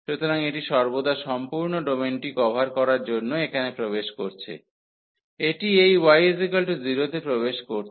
সুতরাং এটি সর্বদা সম্পূর্ণ ডোমেনটি কভার করার জন্য এখানে প্রবেশ করছে এটি এই y0 তে প্রবেশ করছে